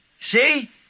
See